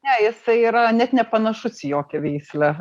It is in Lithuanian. ne jisai yra net nepanašus į jokią veislę